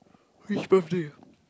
which birthday